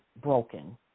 broken